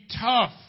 tough